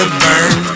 burn